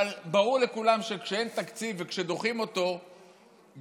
אבל ברור לכולם כשאין תקציב וכשדוחים אותו בחודשיים,